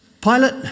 Pilate